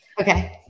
Okay